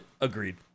Agreed